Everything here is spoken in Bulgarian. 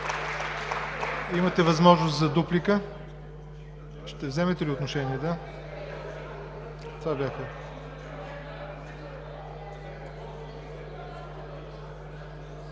Имате възможност за дуплика. Ще вземете ли отношение? ЧАВДАР